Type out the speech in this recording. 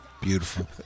beautiful